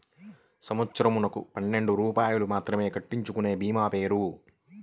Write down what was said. సంవత్సరంకు పన్నెండు రూపాయలు మాత్రమే కట్టించుకొనే భీమా పేరు?